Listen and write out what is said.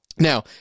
Now